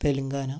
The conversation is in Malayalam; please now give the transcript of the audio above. തെലുങ്കാന